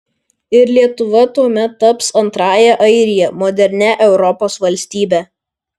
ir lietuva tuomet taps antrąja airija modernia europos valstybe